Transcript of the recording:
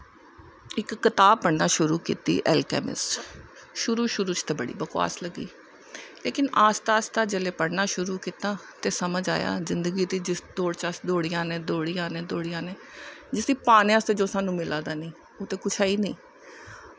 इक कताब पढ़ना शुरु कीती ही ऐलकामिस शुरु शुरु च ते बड़ी बकवास लग्गी लेकिन आस्ता आस्ता जिसलै पढ़ना शुरु कीता ते समझ आया जिन्दगी दी जिस दौड़ च अस दौड़ी जा ने दौड़ी दा ने जिस्सी पाने आस्ते जो मिला दा नेईं ओह् ते कुछ ऐ गै नेईं